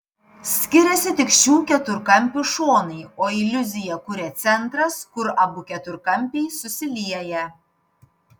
skiriasi tik šių keturkampių šonai o iliuziją kuria centras kur abu keturkampiai susilieja